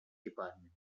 department